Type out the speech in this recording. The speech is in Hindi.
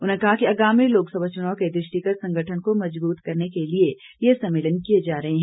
उन्होंने कहा कि आगामी लोकसभा चुनाव के दृष्टिगत संगठन को मजबूत करने के लिए ये सम्मेलन किए जा रहे हैं